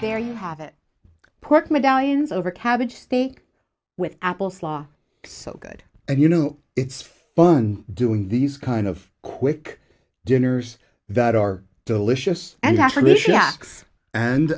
there you have it pork medallions over cabbage steak with apples la so good and you know it's fun doing these kind of quick dinners that are delicious and